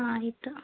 ಆಯಿತು